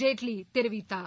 ஜேட்லி தெரிவித்தார்